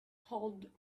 hold